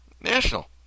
national